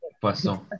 Poisson